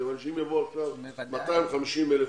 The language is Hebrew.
כי אם יבואו עכשיו 250,000 איש,